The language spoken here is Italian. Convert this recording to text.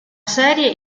serie